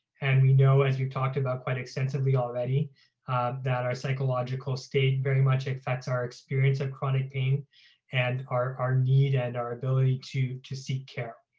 and we know as we've talked about quite extensively already that our psychological state very much affects our experience of chronic gain and our our need and our ability to to seek care.